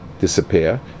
disappear